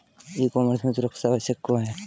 E commerce में सुरक्षा आवश्यक क्यों है?